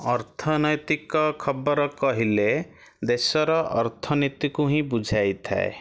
ଅର୍ଥନୈତିକ ଖବର କହିଲେ ଦେଶର ଅର୍ଥନୀତିକୁ ହିଁ ବୁଝାଇଥାଏ